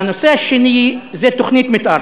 הנושא השני זה תוכנית מתאר,